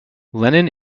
lennon